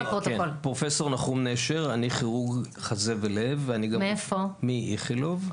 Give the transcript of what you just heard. אני כירורג חזה ולב מאיכילוב,